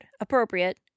appropriate